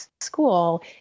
school